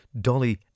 Dolly